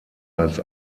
als